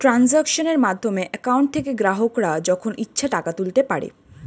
ট্রানজাক্শনের মাধ্যমে অ্যাকাউন্ট থেকে গ্রাহকরা যখন ইচ্ছে টাকা তুলতে পারে